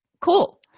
cool